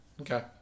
Okay